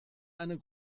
eine